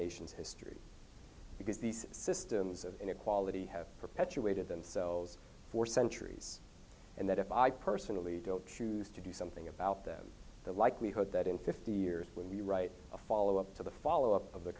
history because these systems of inequality have perpetuated themselves for centuries and that if i personally don't choose to do something about them the likelihood that in fifty years when you write a followup to the followup of the